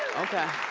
okay.